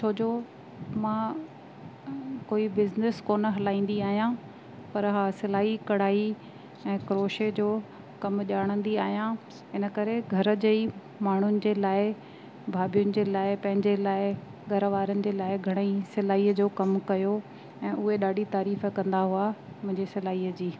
छोजो मां कोई बिज़नेस कोन हलाईंदी आहियां पर हा सिलाई कढ़ाई ऐं क्रोशे जो कमु ॼाणंदी आहियां इन करे घर जे ई माण्हुनि जे लाइ भाभियुनि जे लाइ पंहिंजे लाइ घरवारनि जे लाइ घणाई सिलाईअ जो कमु कयो ऐं उहे ॾाढी तारीफ़ कंदा हुआ मुंहिंजी सिलाईअ जी